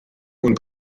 und